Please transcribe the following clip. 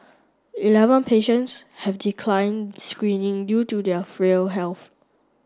eleven patients have decline screening due to their frail health